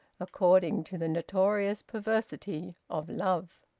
according to the notorious perversity of love.